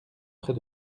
près